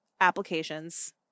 applications